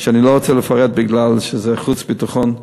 שאני לא רוצה לפרט כי זה חוץ וביטחון.